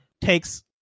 takes